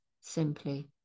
simply